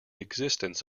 existence